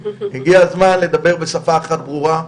הגיע הזמן לדבר בשפה אחת ברורה.